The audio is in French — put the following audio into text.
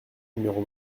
numéro